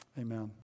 Amen